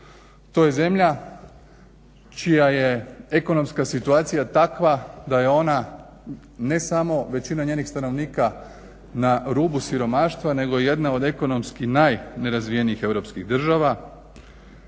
To je zemlja čija je ekonomska situacija takva da je ona ne samo većina njenih stanovnika na rubu siromaštva nego jedne od ekonomski najrazvijenijih država